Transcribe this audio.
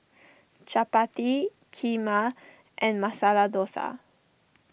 Chapati Kheema and Masala Dosa